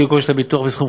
שהציבור